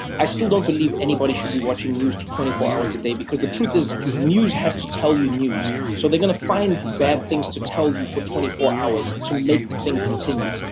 i still don't believe anybody should be watching news twenty four hours a day, because the truth is news has to tell you news. so they're gonna find bad things to tell you for twenty four hours to make the thing continue.